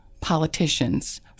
politicians